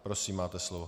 Prosím, máte slovo.